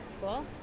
Cool